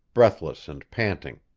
breathless and panting.